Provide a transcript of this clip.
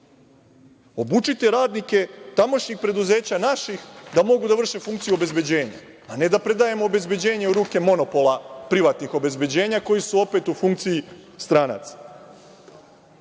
obučite radnike tamošnjih preduzeća da mogu da vrše funkciju obezbeđenja, a ne da predajemo obezbeđenje u ruke monopola privatnih obezbeđenja koji su opet u funkciji stranaca. Dakle,